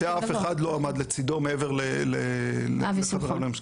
שאף אחד לא עמד לצידו מעבר לחבר הממשלה.